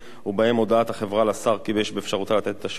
ובהם הודעת החברה לשר כי יש באפשרותה לתת את השירותים הכספיים,